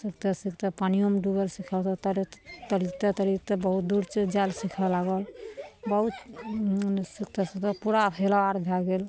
सिखते सीखते पानिओमे डूबल सीखल तरिते तरिते तरिते बहुत दूर जाइ लए सीखऽ लागल बहुत सीखते सीखत पूरा फैलार भए गेल